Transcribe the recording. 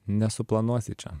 nesuplanuosi čia